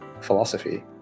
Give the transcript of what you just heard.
philosophy